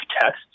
tests